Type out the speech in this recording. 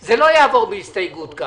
זה לא יעבור בהסתייגות ככה.